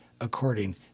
according